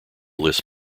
list